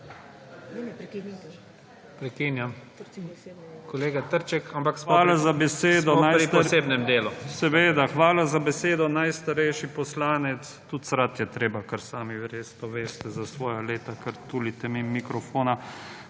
hvala za besedo. Najstarejši poslanec, tudi srat je treba, kar sami verjetno veste za svoja leta, ker tulite mimo mikrofona.